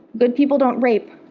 good people don't rape,